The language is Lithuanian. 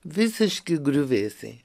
visiški griuvėsiai